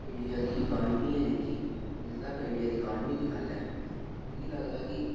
India दी economy ऐ जेह्की ते जित्थै तक इंडिया दी गल्ल ऐ ते मिगी लगदा ऐ कि